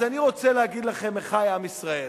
אז אני רוצה להגיד לכם, אחי עם ישראל,